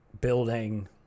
building